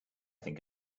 think